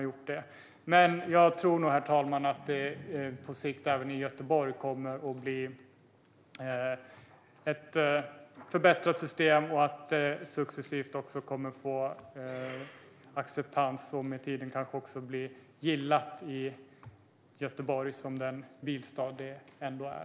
Jag tror nog, herr talman, att det på sikt även i Göteborg kommer att bli ett förbättrat system, som successivt kommer att få acceptans och med tiden kanske också bli gillat i Göteborg som den bilstad den ändå är.